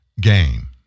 game